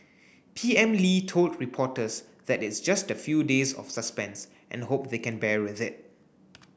P M Lee told reporters that it's just a few days of suspense and hope they can bear with it